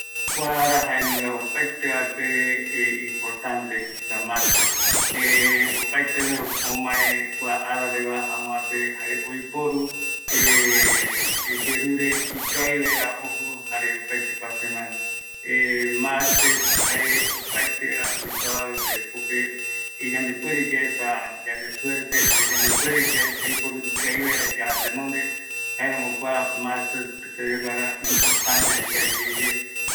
Kua ara jaevi opaetevape importante jae Martes, opaete omae yave kua araregua, jare oiporu oyerure ikavi vaera ojo opaete kua semana, marte jae opaeteva oikua de que jokope, yande ouere yaesa yande suerte, jare yande puerevi yaiporu ikavi vaera yaja tenonde, jaeramo kua martes seveguara importante jare ikavi yeye.